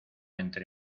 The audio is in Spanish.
entre